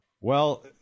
Well-